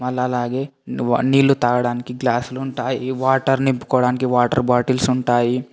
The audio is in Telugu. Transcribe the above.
మళ్ళీ అలాగే నువ్వ నీళ్ళు తాగడానికి గ్లాసులుంటాయి వాటర్ నింపుకోడానికి వాటర్ బాటిల్స్ ఉంటాయి